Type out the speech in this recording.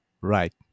right